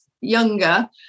younger